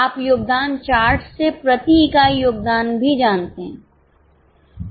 आप योगदान चार्ट से प्रति इकाई योगदान भी जानते हैं